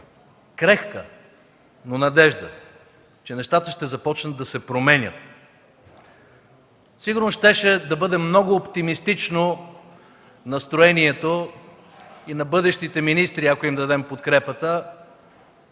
крехка, но надежда, че нещата ще започнат да се променят. Сигурно щеше да бъде много оптимистично настроението и на бъдещите министри, ако им дадем подкрепата,